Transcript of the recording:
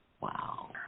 Wow